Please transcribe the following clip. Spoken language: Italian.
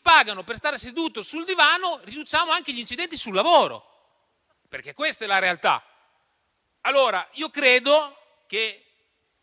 pagano per stare seduto sul divano, riduciamo anche gli incidenti sul lavoro, perché questa è la realtà. Allora, io credo che